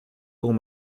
con